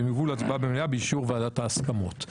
והן יובאו להצבעה במליאה באישור ועדת ההסכמות.